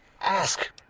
Ask